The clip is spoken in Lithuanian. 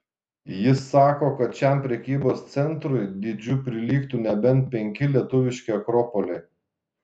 jis sako kad šiam prekybos centrui dydžiu prilygtų nebent penki lietuviški akropoliai